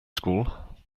school